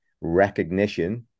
recognition